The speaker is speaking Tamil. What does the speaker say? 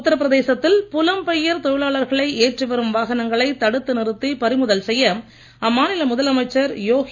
உத்தரபிரதேசத்தில் புலம்பெயர் தொழிலாளர்களை ஏற்றி வரும் வாகனங்களை தடுத்து நிறுத்தி பறிமுதல் செய்ய அம்மாநில முதலமைச்சர் யோகி